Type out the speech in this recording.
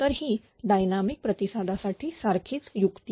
तर ही डायनामिक प्रतिसादासाठी सारखीच युक्ती